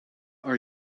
are